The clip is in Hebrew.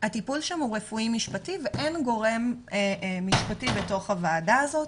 הטיפול שם הוא רפואי משפטי ואין גורם משפטי בתוך הוועדה הזאת,